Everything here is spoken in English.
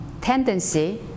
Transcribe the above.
tendency